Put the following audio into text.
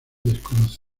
desconoce